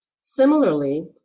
Similarly